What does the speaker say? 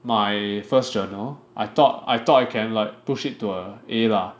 my first journal I thought I thought I can like push it to a A lah